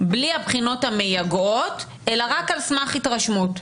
בלי הבחינות המייגעות אלא רק על סמך התרשמות.